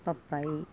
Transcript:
ಪಪ್ಪಾಯಿ